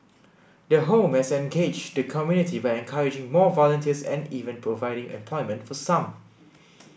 the home has engaged the community by encouraging more volunteers and even providing employment for some